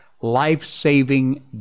life-saving